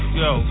yo